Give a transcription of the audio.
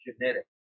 genetics